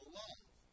love